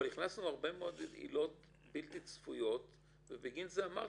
אבל הרבה עילות בלתי צפויות ובגין זה אמרתי,